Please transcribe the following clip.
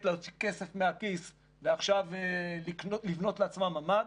להוציא כסף מהכיס ועכשיו לבנות לעצמם ממ"ד,